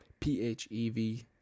PHEV